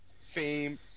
fame